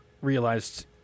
realized